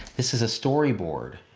this is a storyboard,